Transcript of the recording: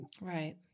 Right